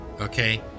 Okay